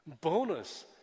bonus